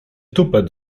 tupet